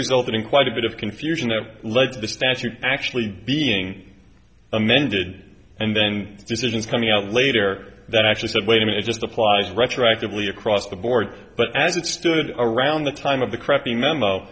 resulted in quite a bit of confusion that led to this batch of actually being amended and then decisions coming out later that actually said wait a minute just applies retroactively across the board but as it stood around the time of the crappy memo